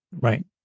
Right